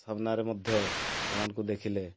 ସାମ୍ନାରେ ମଧ୍ୟ ସେମାନଙ୍କୁ ଦେଖିଲେ